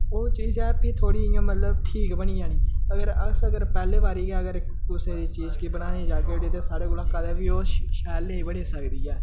ओह् चीज मतलब फ्ही थोह्ड़ी इयां मतलब ठीक बनी जानी अगर अस अगर पैह्ले बारी गै अगर कुसै चीज गी बनाने गी जाह्गे उठी ते स्हाडे़ कोला कदें बी ओह् शै शैल नेईं बनी सकदी ऐ